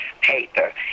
paper